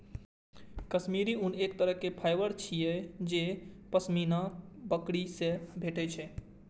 काश्मीरी ऊन एक तरहक फाइबर छियै जे पश्मीना बकरी सं भेटै छै